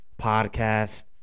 podcast